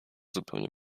zupełnie